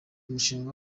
umushinga